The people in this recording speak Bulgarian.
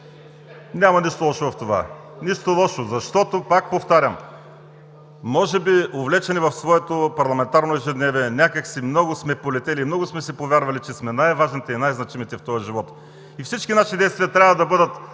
Няма нищо лошо в това. Нищо лошо! Защото, пак повтарям, може би увлечени в своето парламентарно ежедневие, някак си много сме полетели, много сме си повярвали, че сме най важните и най-значимите в този живот и всички наши действия трябва да бъдат